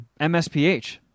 MSPH